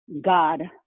God